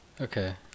Okay